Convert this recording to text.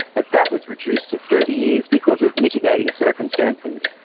but that was reduced to thirty yeah because of mitigating circumstances.